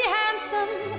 handsome